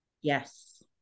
yes